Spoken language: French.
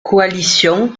coalition